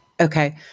Okay